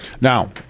Now